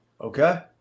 Okay